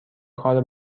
کار